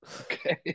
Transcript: okay